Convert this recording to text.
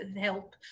help